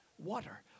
Water